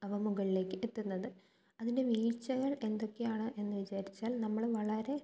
അവ മുകളിലേക്ക് എത്തുന്നത് അതിൻ്റെ വീഴ്ചകൾ എന്തൊക്കെയാണ് എന്ന് വിചാരിച്ചാൽ നമ്മള് വളരെ